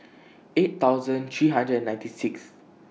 eight thousand three hundred and ninety six